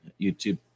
YouTube